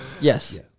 Yes